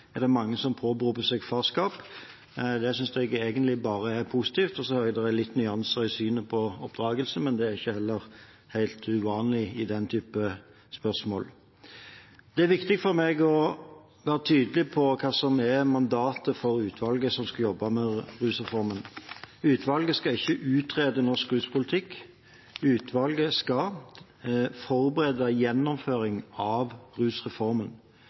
saken er mange som påberoper seg farskap. Det synes jeg egentlig bare er positivt. Jeg hører at det er litt nyanser i synet på oppdragelse, men det er jo heller ikke helt uvanlig i denne typen spørsmål. Det er viktig for meg å være tydelig på hva som er mandatet til utvalget som skal jobbe med rusreformen. Utvalget skal ikke utrede norsk ruspolitikk; utvalget skal forberede gjennomføringen av rusreformen.